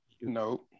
No